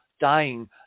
dying